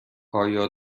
آیا